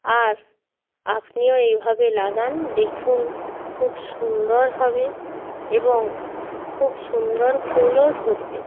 আর আপনিও এইভাবে লাগান দেখুন খুব সুন্দর হবে এবং খুব সুন্দর ফুলও ধরবে